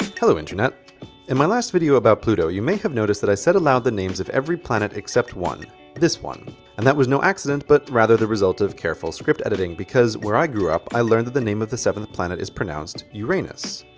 hello internet in my last video about pluto you may have noticed, that i said aloud the names of every planet except one this one and that was no accident, but rather the result of carefull script editing. because, where i grew up, i learned that the name of the seventh planet is pronounced yoo-rain-us.